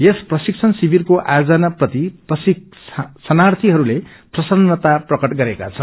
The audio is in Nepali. यस प्रशिक्षण शिविरको आयोजनप्रति प्रशिक्षणार्गीहरूले प्रसन्नता प्रकट गरेका छन्